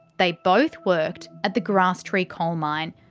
they both worked at the grasstree coal mine,